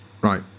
Right